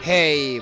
Hey